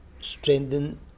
strengthen